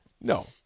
No